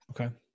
Okay